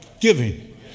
giving